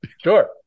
Sure